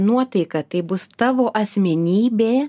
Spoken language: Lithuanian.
nuotaika taip bus tavo asmenybė